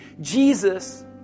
Jesus